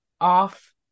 off